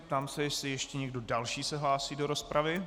Ptám se, jestli ještě někdo další se hlásí do rozpravy.